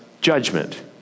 judgment